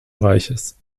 reiches